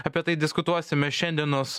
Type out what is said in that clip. apie tai diskutuosime šiandienos